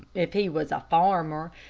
if he was a farmer,